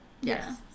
Yes